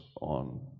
on